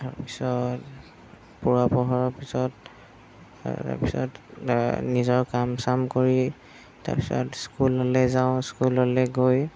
তাৰপিছত পুৱা প্ৰহৰৰ পিছত তাৰপিছত নিজৰ কাম চাম কৰি তাৰপিছত স্কুললৈ যাওঁ স্কুললৈ গৈ